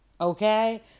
okay